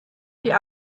die